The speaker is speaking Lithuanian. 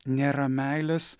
nėra meilės